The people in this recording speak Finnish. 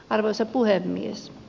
arvoisa puhemies